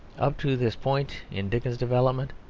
up to this point in dickens's development,